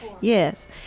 Yes